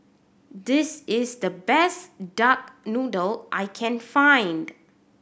this is the best duck noodle I can find